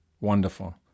Wonderful